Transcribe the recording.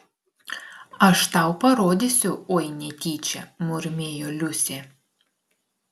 aš tau parodysiu oi netyčia murmėjo liusė